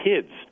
kids